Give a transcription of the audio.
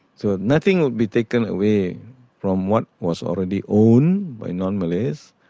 so nothing would be taken away from what was already owned by non-malays,